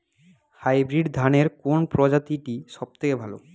Hybrid ধানের কোন প্রজীতিটি সবথেকে ভালো?